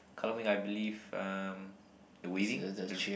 Kallang Wave I believe um the waving the